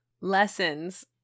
lessons